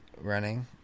running